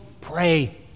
pray